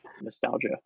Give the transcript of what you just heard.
nostalgia